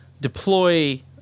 deploy